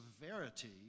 severity